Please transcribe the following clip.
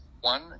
one